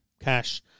Cash